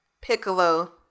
Piccolo